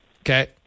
Okay